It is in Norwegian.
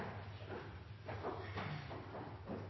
ja takk;